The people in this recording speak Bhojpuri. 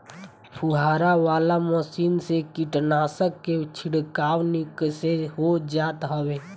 फुहारा वाला मशीन से कीटनाशक के छिड़काव निक से हो जात हवे